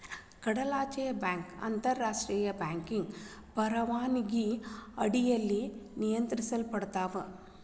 ಕಡಲಾಚೆಯ ಬ್ಯಾಂಕ್ ಅಂತಾರಾಷ್ಟ್ರಿಯ ಬ್ಯಾಂಕಿಂಗ್ ಪರವಾನಗಿ ಅಡಿಯಲ್ಲಿ ನಿಯಂತ್ರಿಸಲ್ಪಡತ್ತಾ